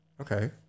Okay